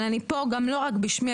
אבל אני פה לא רק בשמי,